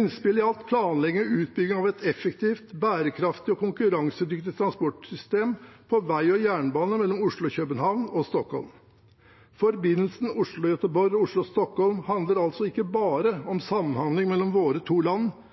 innspill til planlegging og utbygging av et effektivt, bærekraftig og konkurransedyktig transportsystem for vei og jernbane mellom Oslo og København og Stockholm. Forbindelsene Oslo–Göteborg og Oslo–Stockholm handler altså ikke bare om samhandling mellom våre to land,